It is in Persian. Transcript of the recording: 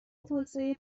توسعه